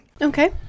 Okay